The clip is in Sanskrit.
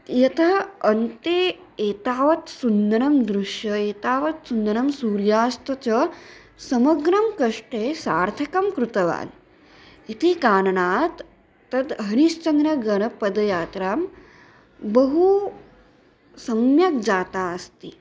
यतः अन्ते एतावत् सुन्दरं दृश्यं एतावत् सुन्दरं सूर्यास्तः च समग्रं कष्टे सार्थकं कृतवान् इति कारणात् तत् हरिश्चन्द्रगणपदयात्रां बहु सम्यक् जाता अस्ति